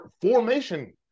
formation